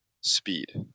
speed